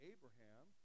Abraham